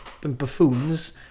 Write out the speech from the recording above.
buffoons